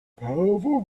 powerful